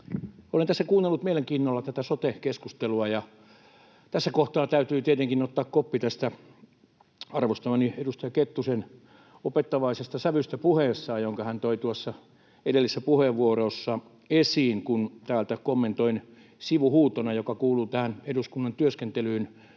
Olen tässä kuunnellut mielenkiinnolla tätä sote-keskustelua, ja tässä kohtaa täytyy tietenkin ottaa koppi arvostamani edustaja Kettusen opettavaisesta sävystä puheessaan, jonka hän toi tuossa edellisessä puheenvuorossa esiin, kun täältä kommentoin sivuhuutona, mikä kuuluu tähän eduskunnan työskentelyyn